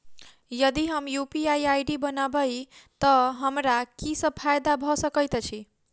यदि हम UPI ID बनाबै तऽ हमरा की सब फायदा भऽ सकैत अछि?